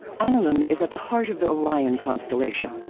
alnilam is at the heart of the orion constellation.